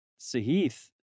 Sahith